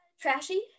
trashy